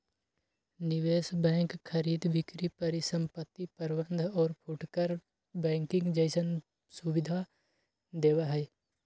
निवेश बैंक खरीद बिक्री परिसंपत्ति प्रबंध और फुटकर बैंकिंग जैसन सुविधा देवा हई